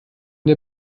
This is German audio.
der